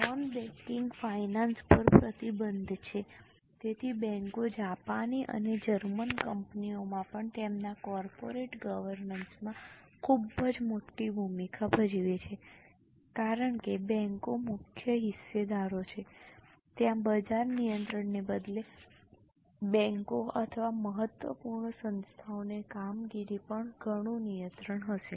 non banking finance પર પ્રતિબંધ છે તેથી બેન્કો જાપાની અને જર્મન કંપનીઓમાં પણ તેમના કોર્પોરેટ ગવર્નન્સમાં ખૂબ જ મોટી ભૂમિકા ભજવે છે કારણ કે બેન્કો મુખ્ય હિસ્સેદારો છે ત્યાં બજાર નિયંત્રણને બદલે બેન્કો અથવા મહત્વપૂર્ણ સંસ્થાઓની કામગીરી પર ઘણું નિયંત્રણ હશે